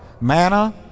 manna